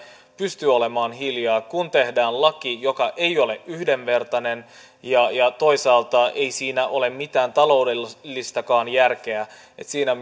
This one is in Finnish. pystyy olemaan hiljaa kun tehdään laki joka ei ole yhdenvertainen ja ja toisaalta ei siinä ole mitään taloudellistakaan järkeä siinä